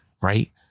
right